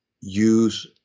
use